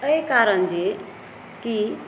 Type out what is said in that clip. एहि कारण जे कि